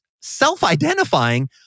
self-identifying